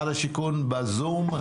ב-זום.